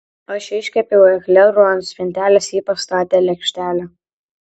aš iškepiau eklerų ant spintelės ji pastatė lėkštelę